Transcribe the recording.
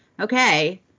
okay